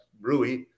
Rui